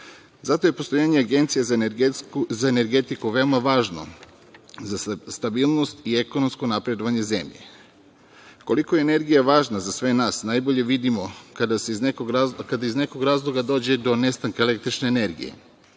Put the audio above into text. Zato je postojanje Agencije za energetiku veoma važno za stabilnost i ekonomsko napredovanje zemlje. Koliko je energija važna za sve nas najbolje vidimo kada iz nekog razloga dođe do nestanka električne energije,